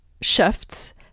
shifts